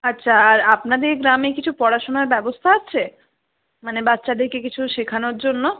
আচ্ছা আর আপনাদের গ্রামে কিছু পড়াশোনার ব্যবস্থা আছে মানে বাচ্চাদেরকে কিছু শেখানোর জন্য